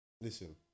Listen